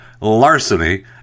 Larceny